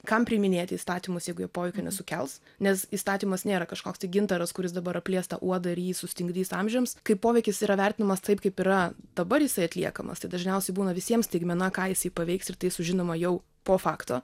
kam priiminėti įstatymus jeigu jie poveikio nesukels nes įstatymas nėra kažkoks tai gintaras kuris dabar aplies tą uodą ir jį sustingdys amžiams kai poveikis yra vertinamas taip kaip yra dabar jisai atliekamas tai dažniausiai būna visiems staigmena ką jis paveiks ir tai sužinoma jau po fakto